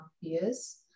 years